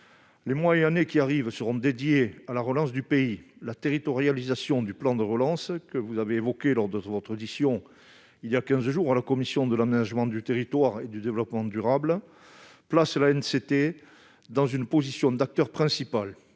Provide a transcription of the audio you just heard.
Les mois et années qui viennent seront consacrés à la relance du pays. La territorialisation du plan de relance, que vous avez évoquée lors de votre audition il y a quinze jours par la commission de l'aménagement du territoire et du développement durable, place l'ANCT dans une position d'acteur principal.